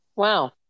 Wow